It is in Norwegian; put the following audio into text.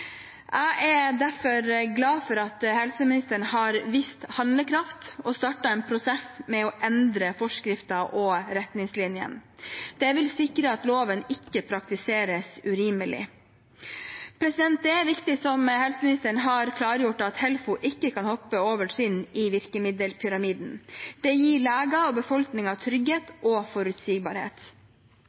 Jeg er derfor glad for at helseministeren har vist handlekraft og startet en prosess for å endre forskrifter og retningslinjer. Det vil sikre at loven ikke praktiseres urimelig. Det er riktig, som helseministeren har klargjort, at Helfo ikke kan hoppe over trinn i virkemiddelpyramiden. Det gir leger og befolkningen trygghet og forutsigbarhet.